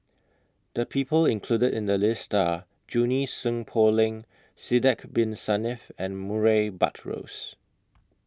The People included in The list Are Junie Sng Poh Leng Sidek Bin Saniff and Murray Buttrose